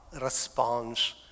responds